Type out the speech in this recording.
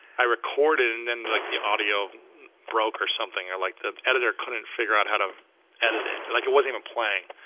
i recorded and then like the audio broke or something or like the editor couldn't figure out how to edit it. and like it wasn't even playing.